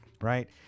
Right